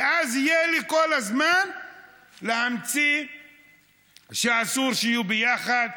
ואז יהיה לי כל הזמן להמציא שאסור שיהיו ביחד,